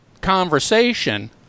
conversation